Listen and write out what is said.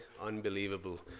unbelievable